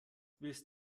willst